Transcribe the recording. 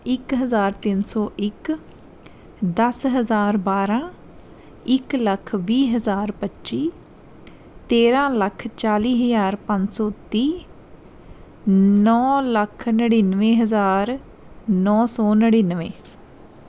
ਇੱਕ ਹਜ਼ਾਰ ਤਿੰਨ ਸੌ ਇੱਕ ਦਸ ਹਜ਼ਾਰ ਬਾਰਾ ਇੱਕ ਲੱਖ ਵੀਹ ਹਜ਼ਾਰ ਪੱਚੀ ਤੇਰਾਂ ਲੱਖ ਚਾਲੀ ਹਜ਼ਾਰ ਪੰਜ ਸੌ ਤੀਹ ਨੌ ਲੱਖ ਨੜਿਨਵੇਂ ਹਜ਼ਾਰ ਨੌ ਸੌ ਨੜਿਨਵੇਂ